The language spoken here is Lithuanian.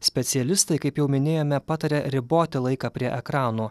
specialistai kaip jau minėjome pataria riboti laiką prie ekranų